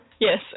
Yes